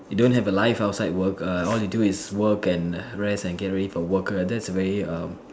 you don't have a life outside work err all you do is work and rest and get ready for work that's a very um